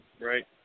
right